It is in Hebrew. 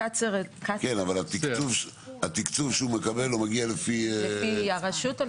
התקצוב שהוא מקבל מגיע לפי הלמ"ס.